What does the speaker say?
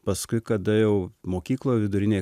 paskui kada jau mokykloj vidurinėj